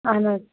آہن حظ